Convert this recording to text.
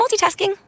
multitasking